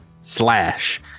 slash